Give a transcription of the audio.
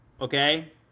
Okay